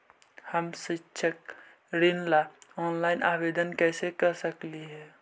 हम शैक्षिक ऋण ला ऑनलाइन आवेदन कैसे कर सकली हे?